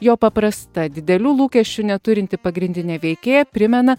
jo paprasta didelių lūkesčių neturinti pagrindinė veikėja primena